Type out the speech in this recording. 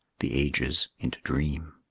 the ages into dream.